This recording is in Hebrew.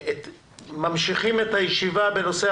ממשיכים את הישיבה בנושא: